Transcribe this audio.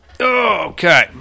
Okay